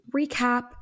recap